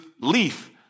leaf